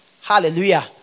hallelujah